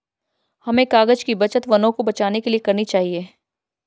हमें कागज़ की बचत वनों को बचाने के लिए करनी चाहिए